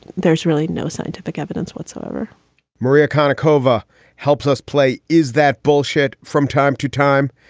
there's really no scientific evidence whatsoever maria kind of cova helps us play. is that bullshit from time to time?